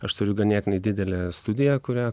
aš turiu ganėtinai didelę studiją kurią